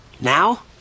Now